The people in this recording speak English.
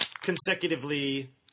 consecutively